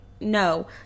no